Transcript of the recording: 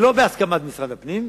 שלא בהסכמת משרד הפנים,